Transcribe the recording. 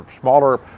smaller